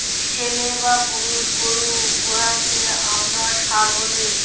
ছেইল্যা বা পুরুষ গরু উয়াকে আমরা ষাঁড় ব্যলি